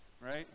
right